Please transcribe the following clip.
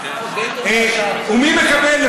ומי מקבל,